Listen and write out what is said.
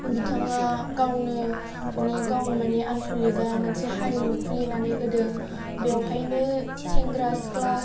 बिथाङा गावनो मानि गावनो मानि आनचलिकआ मोनसे हारिमु खुलिनानै होदों बेवहायनो सेंग्रा सिख्ला